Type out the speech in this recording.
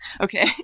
Okay